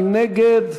מי נגד?